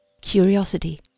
curiosity